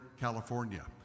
California